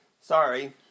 Sorry